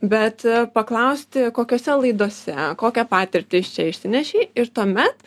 bet paklausti kokiose laidose kokią patirtį iš čia išsinešei ir tuomet